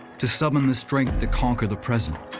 to summon the strength to conquer the present,